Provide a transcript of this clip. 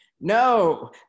No